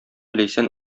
ләйсән